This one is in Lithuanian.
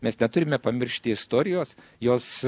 mes neturime pamiršti istorijos jos